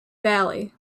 valley